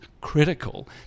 critical